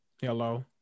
Hello